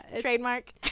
Trademark